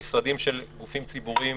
משרדים של גופים ציבוריים